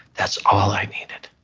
that's all i needed.